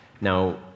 Now